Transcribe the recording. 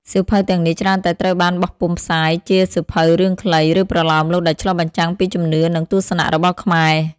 សៀវភៅទាំងនេះច្រើនតែត្រូវបានបោះពុម្ពផ្សាយជាសៀវភៅរឿងខ្លី ឬប្រលោមលោកដែលឆ្លុះបញ្ចាំងពីជំនឿ និងទស្សនៈរបស់ខ្មែរ។